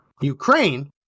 Ukraine